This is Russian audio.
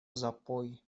запой